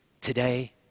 today